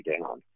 down